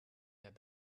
their